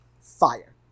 fire